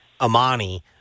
Amani